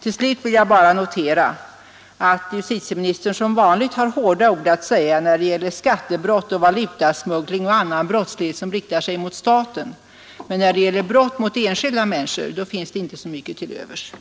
Till sist noterar jag också att justitieministern som vanligt har hårda ord att säga om skattebrott och valutasmuggling och annan brottslighet som riktar sig mot staten, men brott mot enskilda människor har han inte så mycket till övers